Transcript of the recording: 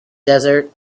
desert